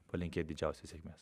palinkėt didžiausios sėkmės